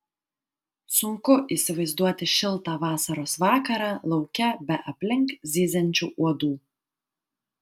sunku įsivaizduoti šiltą vasaros vakarą lauke be aplink zyziančių uodų